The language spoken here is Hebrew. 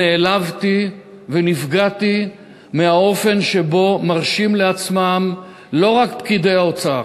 נעלבתי ונפגעתי מהאופן שבו מרשים לעצמם לא רק פקידי האוצר